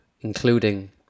including